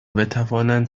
بتوانند